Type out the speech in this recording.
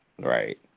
Right